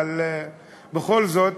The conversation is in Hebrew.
אבל בכל זאת,